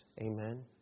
Amen